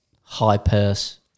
high-purse